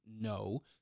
No